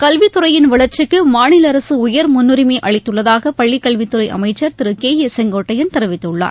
கல்வித் துறையின் வளர்ச்சிக்கு மாநில அரசு உயர் முன்னுரிமை அளித்துள்ளதாக பள்ளிக்கல்வித் துறை அமைச்சர் திரு கே ஏ செங்கோட்டையன் தெரிவித்துள்ளார்